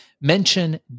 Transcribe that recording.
Mention